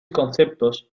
conceptos